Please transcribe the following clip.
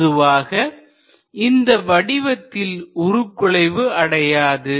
பொதுவாக இந்த வடிவத்தில் உருகுலைவு அடையாது